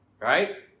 right